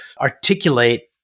articulate